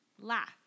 Laugh